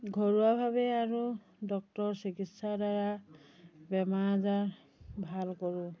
ঘৰুৱাভাৱে আৰু ডক্তৰৰ চিকিৎসাৰ দ্বাৰা বেমাৰ আজাৰ ভাল কৰোঁ